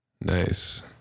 Nice